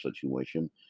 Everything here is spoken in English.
situation